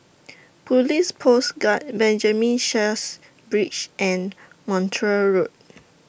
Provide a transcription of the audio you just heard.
Police Post Guard Benjamin Sheares Bridge and Montreal Road